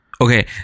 Okay